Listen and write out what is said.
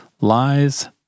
Lies